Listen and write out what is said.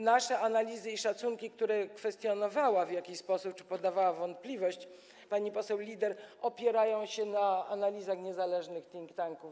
Nasze analizy i szacunki, które kwestionowała w jakiś sposób czy podawała w wątpliwość pani poseł Lieder, opierają się na analizach niezależnych think tanków.